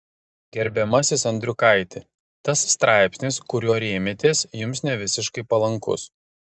gerbiamasis andriukaiti tas straipsnis kuriuo rėmėtės jums nevisiškai palankus